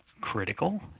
critical